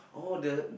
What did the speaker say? oh the